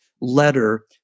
letter